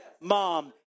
mom